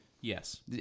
yes